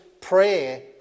prayer